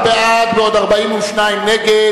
19 בעד ועוד 42 נגד.